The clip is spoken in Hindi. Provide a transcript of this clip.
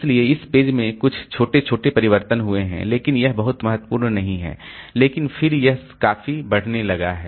इसलिए इस पेज में कुछ छोटे छोटे परिवर्तन हुए हैं लेकिन यह बहुत महत्वपूर्ण नहीं है लेकिन फिर से यह काफी बढ़ने लगा है